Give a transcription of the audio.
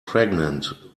pregnant